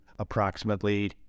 approximately